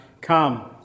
come